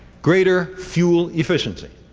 greater fuel efficiency.